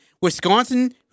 Wisconsin